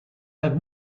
have